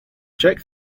check